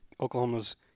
Oklahoma's